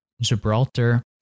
Gibraltar